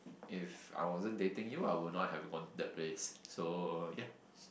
if I wasn't dating you I would not have gone to that place so ya